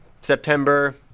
September